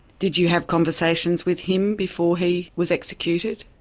did you have conversations with him before he was executed?